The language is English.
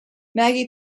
maggie